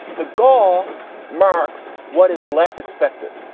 the goal marks what is less expected.